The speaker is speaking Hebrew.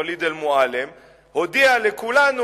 ואליד אל-מועלם הודיע לכולנו,